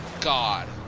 God